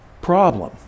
problem